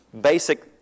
basic